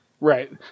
Right